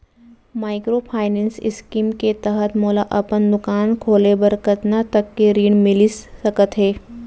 Microfinance scheme के तहत मोला अपन दुकान खोले बर कतना तक के ऋण मिलिस सकत हे?